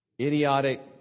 idiotic